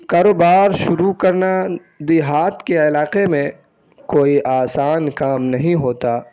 کاروبار شروع کرنا دیہات کے علاقے میں کوئی آسان کام نہیں ہوتا